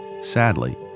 Sadly